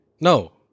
No